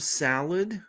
salad